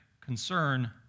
concern